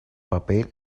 papel